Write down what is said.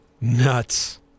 Nuts